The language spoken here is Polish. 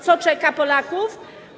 Co czeka Polaków?